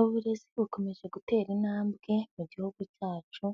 Uburezi bukomeje gutera intambwe mu gihugu cyacu.